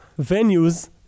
venues